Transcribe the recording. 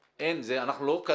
אתה לא יכול ללכת להשכיר דירה.